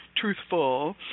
truthful